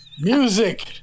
music